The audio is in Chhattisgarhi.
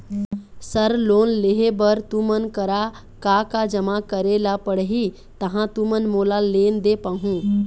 सर लोन लेहे बर तुमन करा का का जमा करें ला पड़ही तहाँ तुमन मोला लोन दे पाहुं?